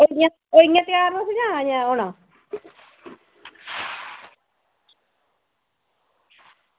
होई गेइयां होई गेइयां त्यार तुस जां होना